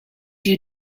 you